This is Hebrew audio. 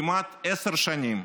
כמעט עשר שנים,